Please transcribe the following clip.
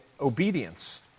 obedience